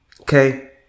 okay